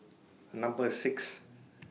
Number six